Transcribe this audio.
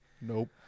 nope